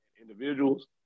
individuals